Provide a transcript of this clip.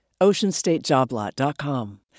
OceanStateJobLot.com